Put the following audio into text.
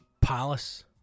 palace